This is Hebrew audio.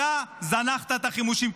אתה זנחת את החימושים,